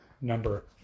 number